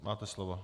Máte slovo.